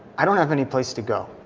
i don't have any place to go.